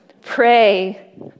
Pray